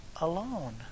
alone